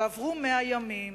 ועברו 100 ימים,